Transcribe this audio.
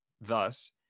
thus